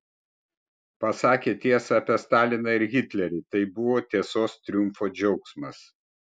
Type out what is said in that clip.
pasakė tiesą apie staliną ir hitlerį tai buvo tiesos triumfo džiaugsmas